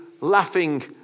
laughing